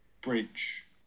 bridge